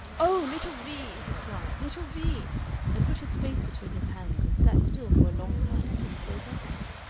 oh! little vee he cried, little vee and put his face between his hands and sat still for a long time before he broke out again.